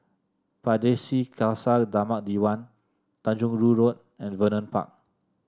Pardesi Khalsa Dharmak Diwan Tanjong Rhu Road and Vernon Park